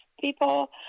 People